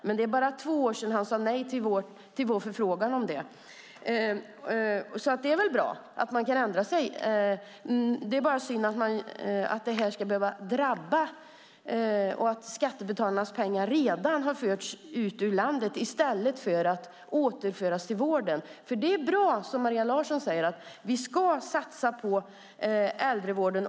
Men det är bara två år sedan han sade nej till vår förfrågan om det. Det är väl bra att man kan ändra sig, men det är bara synd att det ska behöva drabba och att skattebetalarnas pengar redan har förts ut ur landet i stället för att återföras till vården. Det är bra, som Maria Larsson säger, att vi ska satsa på äldrevården.